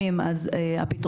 בתי ספר